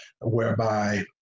whereby